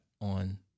on